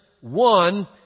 one